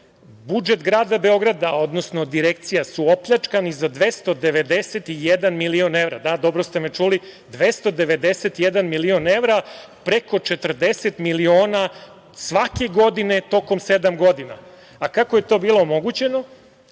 budžet grada Beograda, odnosno Direkcija su opljačkani za 291 milion evra. Da, dobro ste me čuli, 291 milion evra, preko 40 miliona svake godine, tokom sedam godina. Kako je to bilo omogućeno?